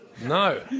No